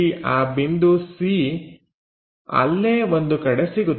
ಆ ಬಿಂದು c ಅಲ್ಲೇ ಒಂದು ಕಡೆ ಸಿಗುತ್ತದೆ